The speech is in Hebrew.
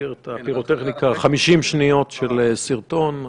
במסגרת הפירוטכניקה, 50 שניות של סרטון.